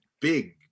big